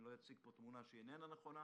לא אציג פה תמונה שאיננה נכונה.